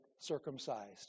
circumcised